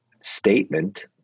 statement